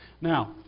Now